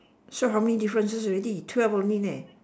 so how many differences already twelve only leh